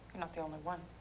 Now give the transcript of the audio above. not the only one.